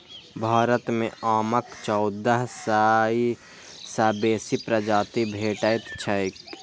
भारत मे आमक चौदह सय सं बेसी प्रजाति भेटैत छैक